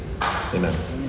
Amen